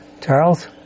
Charles